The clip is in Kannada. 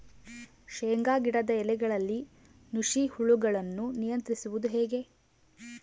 ಶೇಂಗಾ ಗಿಡದ ಎಲೆಗಳಲ್ಲಿ ನುಷಿ ಹುಳುಗಳನ್ನು ನಿಯಂತ್ರಿಸುವುದು ಹೇಗೆ?